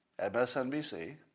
MSNBC